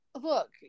look